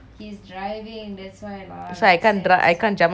so I can't I can't jump out from the car also I can't do I can't do vijay sure steps all